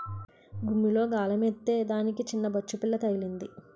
గుమ్మిలో గాలమేత్తే దానికి సిన్నబొచ్చుపిల్ల తగిలింది